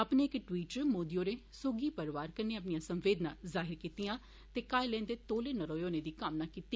अपने इक ट्वीट च मोदी होरें सौगी परौआरें कन्नै अपनियां संवेदना जाहिर कीतिया ते घायले दे तौलें नरोए होने दी कामना कीती